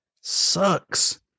sucks